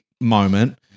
moment